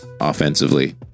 offensively